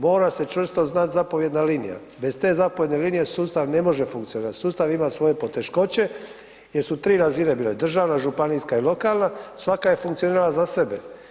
Mora se čvrsto znati zapovjedna linija, bez te zapovjedne linije sustav ne može funkcionirati, sustav ima svoje poteškoće jer su 3 razine bile, državna, županijska i lokalna, svaka je funkcionirala za sebe.